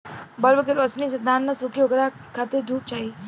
bulb के रौशनी से धान न सुखी ओकरा खातिर धूप चाही